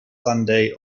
sunday